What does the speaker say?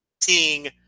seeing